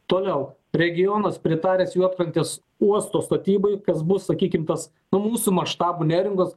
toliau regionas pritaręs juodkrantės uosto statybai kas bus sakykim tas mūsų maštabo neringos